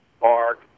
Park